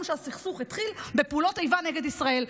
שהסכסוך התחיל בפעולות איבה נגד ישראל.